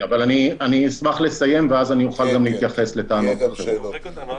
אני אשמח לסיים ואז אני אוכל גם להתייחס לטענות אחרות,